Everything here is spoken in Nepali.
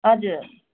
हजुर